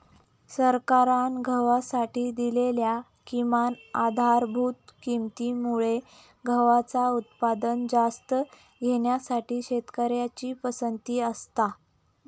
सरकारान गव्हासाठी दिलेल्या किमान आधारभूत किंमती मुळे गव्हाचा उत्पादन जास्त घेण्यासाठी शेतकऱ्यांची पसंती असता